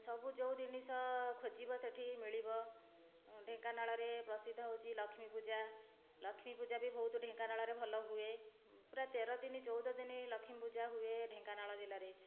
ସବୁ ଯେଉଁ ଜିନିଷ ଖୋଜିବ ସେଇଠି ମିଳିବ ଢେଙ୍କାନାଳରେ ପ୍ରସିଦ୍ଧ ହେଉଛି ଲକ୍ଷ୍ମୀପୂଜା ଲକ୍ଷ୍ମୀପୂଜା ବି ବହୁତ ଢେଙ୍କାନାଳରେ ଭଲ ହୁଏ ପୂରା ତେରଦିନି ଚଉଦଦିନି ଲକ୍ଷ୍ମୀପୂଜା ହୁଏ ଢେଙ୍କାନାଳ ଜିଲ୍ଲାରେ